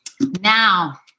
Now